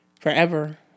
forever